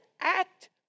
act